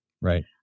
Right